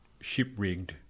ship-rigged